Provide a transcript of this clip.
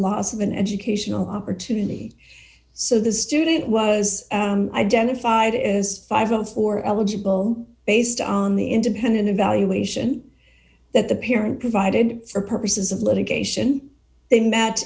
loss of an educational opportunity so the student was identified as five and who are eligible based on the independent evaluation that the parent provided for purposes of litigation they m